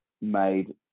made